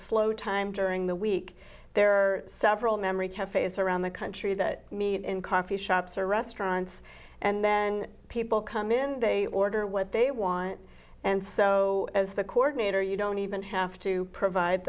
slow time during the week there are several memory cafes around the country that meet in coffee shops or restaurants and then people come in they order what they want and so as the coordinator you don't even have to provide